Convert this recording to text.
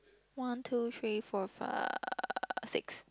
one two three four five six